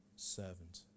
Servant